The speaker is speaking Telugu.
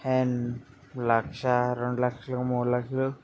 అండ్ లక్ష రెండు లక్షలు మూడు లక్షలు